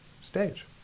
stage